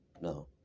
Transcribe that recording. No